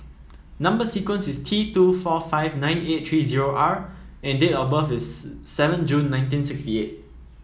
number sequence is T two four five nine eight three zero R and date of birth is seven June nineteen sixty eight